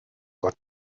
gott